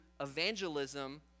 evangelism